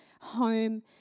home